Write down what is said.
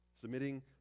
Submitting